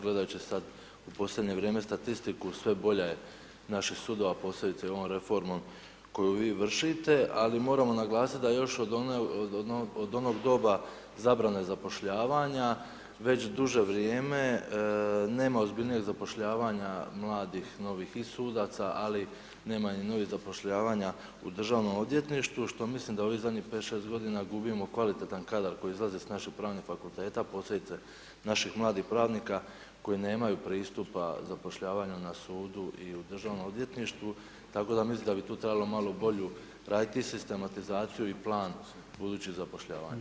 Gledajući sad u posljednje vrijeme statistiku, sve bolja je naših sudova, posebice ovom reformom koju vi vršite, ali moramo naglasiti da još od onog doba zabrane zapošljavanja, već duže vrijeme nema ozbiljnijeg zapošljavanja mladih novih i sudaca, ali nema ni novih zapošljavanja u državnom odvjetništvu, što mislim da ovih zadnjih 5, 6 godina gubimo kvalitetan kadar koji izlazi s naših pravnih fakulteta, posebice naših mladih pravnika koji nemaju pristupa zapošljavanju na sudu i u državnom odvjetništvu, tako da mislim da bi tu trebalo malo bolju raditi i sistematizaciju i plan budućih zapošljavanja.